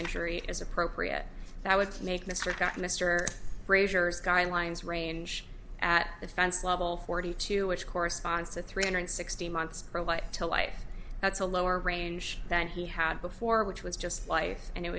injury is appropriate that would make mr got mr frazier's guidelines range at the fence level forty two which corresponds to three hundred sixty months to life that's a lower range than he had before which was just life and it